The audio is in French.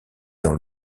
dans